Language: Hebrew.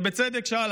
ובצדק שאל,